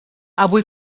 avui